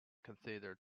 considered